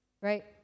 right